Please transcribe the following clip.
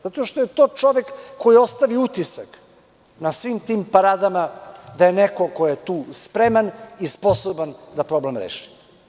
Zato što je to čovek koji je ostavio utisak na svim tim paradama da je neko ko je tu spreman i sposoban da problem reši.